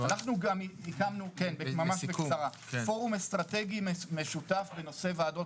אנחנו גם הקמנו פורום אסטרטגי משותף בנושא ועדות